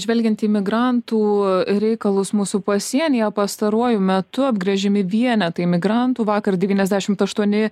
žvelgiant į migrantų reikalus mūsų pasienyje pastaruoju metu gręžiami vienetai migrantų vakar devyniasdešimt aštuoni